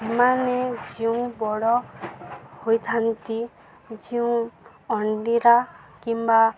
ସେମାନେ ଯେଉଁ ବଡ଼ ହୋଇଥାନ୍ତି ଯେଉଁ ଅଣ୍ଡିରା କିମ୍ବା